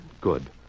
Good